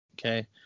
okay